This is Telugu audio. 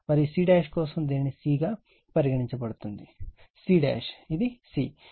మరియు c కోసం దీనిని c గా పరిగణించబడుతుంది c ఇది c